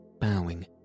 bowing